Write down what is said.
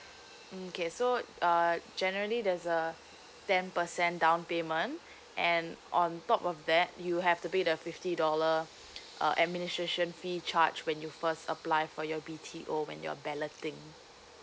mm okay so uh generally there's a ten percent down payment and on top of that you have to pay the fifty dollar uh administration fee charge when you first apply for your B T O when you're balloting